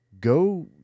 go